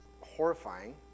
horrifying